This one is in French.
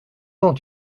temps